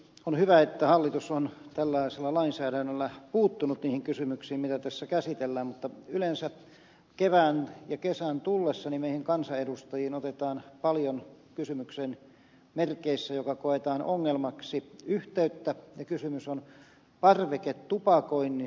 on hyvä että hallitus on tällaisella lainsäädännöllä puuttunut niihin kysymyksiin mitä tässä käsitellään mutta yleensä kevään ja kesän tullessa meihin kansanedustajiin otetaan paljon yhteyttä kysymyksen merkeissä asiasta joka koetaan ongelmaksi ja kysymys on parveketupakoinnista